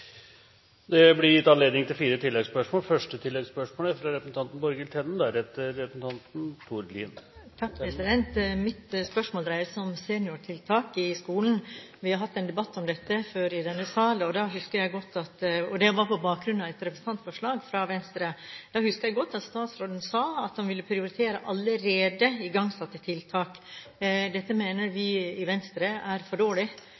Det blir gitt anledning til fire oppfølgingsspørsmål – først Borghild Tenden. Mitt spørsmål dreier seg om seniortiltak i skolen. Vi har hatt en debatt om dette før i denne sal på bakgrunn av et representantforslag fra Venstre. Da husker jeg godt at statsråden sa at hun ville prioritere allerede igangsatte tiltak. Dette mener vi i Venstre er for dårlig,